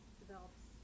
develops